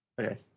okay